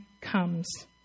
comes